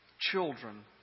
children